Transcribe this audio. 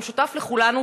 והמשותף לכולנו,